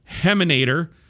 Heminator